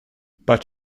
but